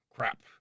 Crap